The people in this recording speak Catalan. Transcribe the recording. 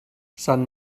sant